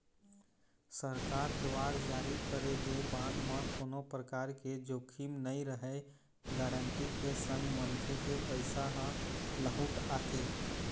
सरकार दुवार जारी करे गे बांड म कोनो परकार के जोखिम नइ रहय गांरटी के संग मनखे के पइसा ह लहूट आथे